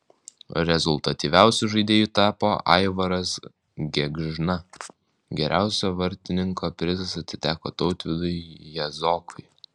rezultatyviausiu žaidėju tapo aivaras gėgžna geriausio vartininko prizas atiteko tautvydui jazokui